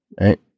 Right